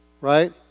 Right